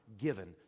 given